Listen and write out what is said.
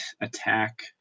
attack